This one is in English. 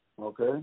okay